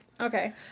okay